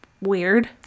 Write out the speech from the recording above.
weird